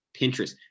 Pinterest